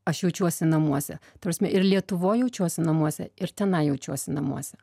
aš jaučiuosi namuose ta prasme ir lietuvoj jaučiuosi namuose ir tenai jaučiuosi namuose